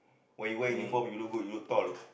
when you wear uniform you look good you look tall